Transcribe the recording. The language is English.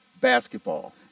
basketball